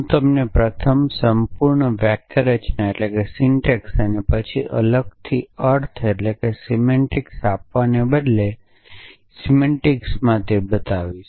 હું તમને પ્રથમ સંપૂર્ણ વાક્યરચના અને પછી અલગથી અર્થ આપવાને બદલે સિમેન્ટિક્સમાં તે બતાવીશ